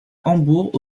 hambourg